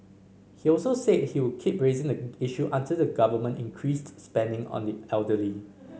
he also said he would keep raising the issue until the Government increased spending on the elderly